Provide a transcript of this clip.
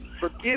forgive